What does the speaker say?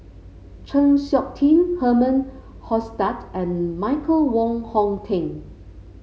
Chng Seok Tin Herman Hochstadt and Michael Wong Hong Teng